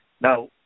Now